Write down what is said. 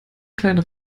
kleinen